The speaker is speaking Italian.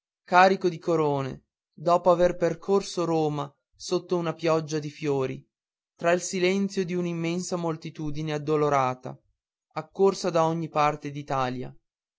carico di corone dopo aver percorso roma sotto una pioggia di fiori tra il silenzio di una immensa moltitudine addolorata accorsa da ogni parte